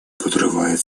подрывает